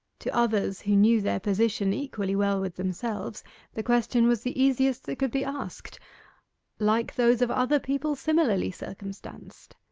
to others who knew their position equally well with themselves the question was the easiest that could be asked like those of other people similarly circumstanced